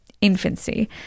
infancy